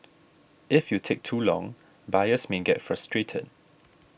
if you take too long buyers may get frustrated